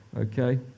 Okay